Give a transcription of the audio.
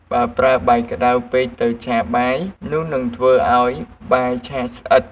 បើប្រើបាយក្តៅពេកទៅឆាបាយ នោះនឹងធ្វើឱ្យបាយឆាស្អិត។